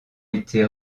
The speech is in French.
été